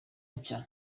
nshya